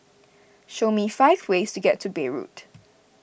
show me five ways to get to Beirut